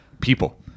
people